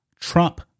Trump